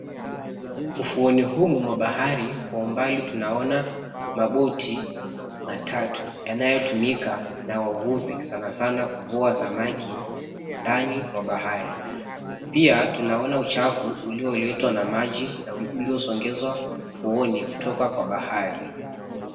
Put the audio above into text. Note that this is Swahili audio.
Ufuoni humu mwa bahari kwa umbali tunaona mabuti matatu yanyotumika na wavuvi sana sana kuvua samaki ndani mwa bahari. Pia tunaona uchafu ulioletwa na maji na uliosongezwa ufuoni kutoka kwa bahari .